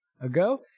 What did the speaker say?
ago